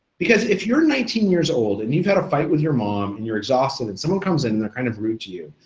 because if you're nineteen years old and you've had a fight with your mom and you're exhausted and someone comes in and they're kind of rude to you,